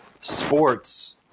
sports –